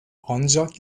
ancak